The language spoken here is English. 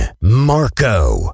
Marco